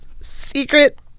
Secret